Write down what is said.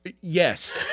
Yes